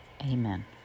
amen